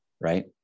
right